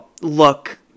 look